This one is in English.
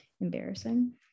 embarrassing